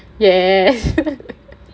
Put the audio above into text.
yes